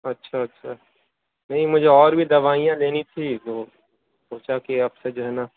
اچھا اچھا نہیں مجھے اور بھی دوائیاں لینی تھی تو سوچا کہ آپ سے جو ہے نا